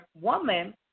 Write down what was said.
woman